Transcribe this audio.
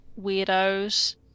weirdos